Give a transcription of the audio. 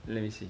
let me see